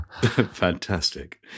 Fantastic